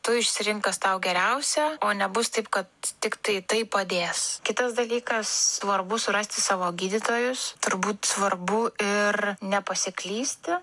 tu išsirink kas tau geriausia o nebus taip kad tiktai tai padės kitas dalykas svarbu surasti savo gydytojus turbūt svarbu ir nepasiklysti